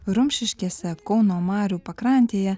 rumšiškėse kauno marių pakrantėje